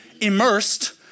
immersed